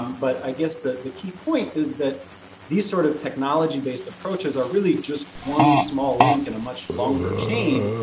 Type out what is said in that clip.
but i guess the the key point is that these sorts sort of technology based approaches are really just one small link in a much longer chain.